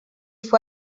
fue